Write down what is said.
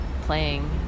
playing